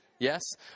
Yes